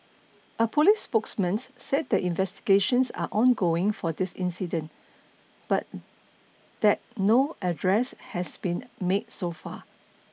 a police spokesmans said that investigations are ongoing for this incident but that no arrests has been made so far